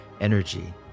energy